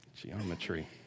Geometry